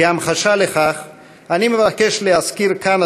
כהמחשה לכך אני מבקש להזכיר כאן,